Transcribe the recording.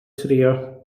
trio